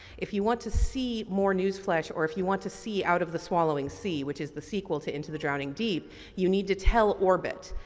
if you want to see more newsflash or if you want to see out of the swallowing sea which is the sequel to into the drowning deep you need to tell orbit.